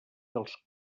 dels